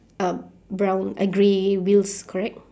um brown uh grey wheels correct